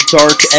dark